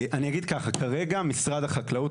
אגיד שכרגע משרד החקלאות,